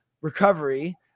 recovery